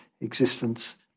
existence